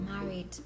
married